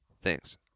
Thanks